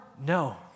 No